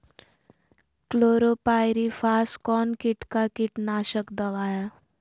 Chlorpyrifos कौन किट का कीटनाशक दवा है?